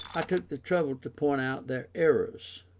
i took the trouble to point out their errors,